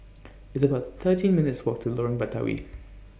It's about thirteen minutes' Walk to Lorong Batawi